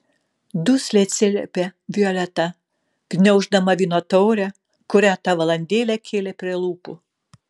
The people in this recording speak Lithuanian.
dusliai atsiliepė violeta gniauždama vyno taurę kurią tą valandėlę kėlė prie lūpų